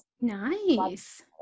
Nice